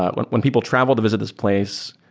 ah when when people traveled to visit this place,